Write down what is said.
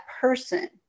person